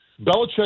belichick